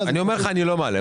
אני אומר לך שאני לא מעלה.